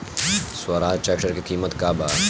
Swaraj tractor के किमत का बा?